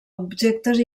objectes